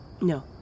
No